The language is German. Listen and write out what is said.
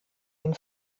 den